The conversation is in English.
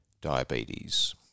diabetes